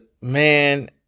man